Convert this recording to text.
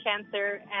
cancer